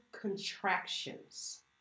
contractions